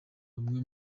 bamwe